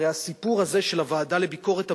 הרי הסיפור הזה של הוועדה לביקורת המדינה,